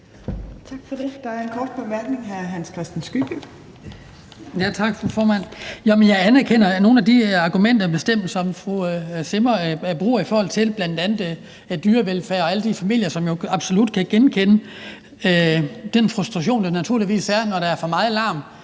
jeg anerkender bestemt nogle af de argumenter, som fru Susanne Zimmer bruger i forhold til bl.a. dyrevelfærd og alle de familier, hos hvem jeg jo absolut kan genkende den frustration, der naturligvis er, når der er for meget larm